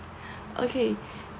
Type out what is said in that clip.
okay